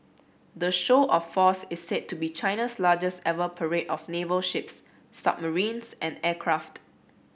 the show of force is said to be China's largest ever parade of naval ships submarines and aircraft